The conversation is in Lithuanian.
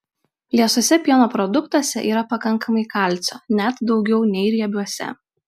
liesuose pieno produktuose yra pakankamai kalcio net daugiau nei riebiuose